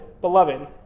beloved